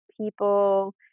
people